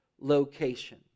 location